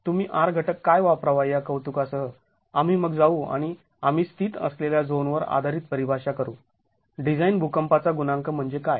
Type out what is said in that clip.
तुम्ही R घटक काय वापरावा या कौतुकासह आम्ही मग जाऊ आणि आम्ही स्थित असलेल्या झोनवर आधारित परिभाषा करू डिझाईन भूकंपाचा गुणांक म्हणजे काय